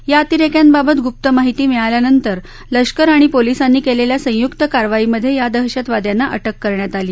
या अतिरेक्यांबाबत गुप्त माहिती मिळाल्यानंतर लष्कर आणि पोलिसांनी केलेल्या संयुक्त कारवाईमधे या दहशतवादयांना अटक करण्यात आली